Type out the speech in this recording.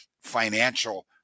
financial